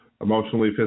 emotionally